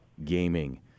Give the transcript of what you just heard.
gaming